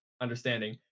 understanding